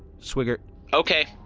swigert okay.